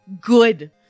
good